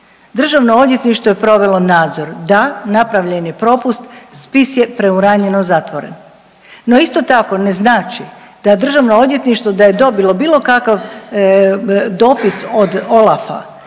Državno odvjetništvo je provelo nadzor, da, napravljen je propust, spis je preuranjeno zatvoren, no isto tako ne znači da državno odvjetništvo da je dobilo bilo kakav dopis od OLAF-a